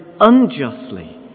unjustly